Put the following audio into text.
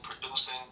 producing